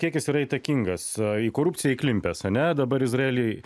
kiek jis yra įtakingas į korupciją įklimpęs ane dabar izraely